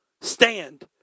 stand